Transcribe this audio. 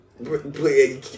Play